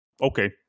okay